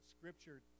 scripture